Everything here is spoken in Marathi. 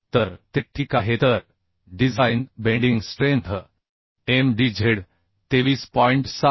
तर ते ठीक आहे तर डिझाइन बेंडिंग स्ट्रेंथ Mdz 23